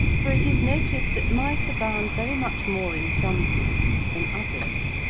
for it is noticed that mice abound very much more in some seasons than others.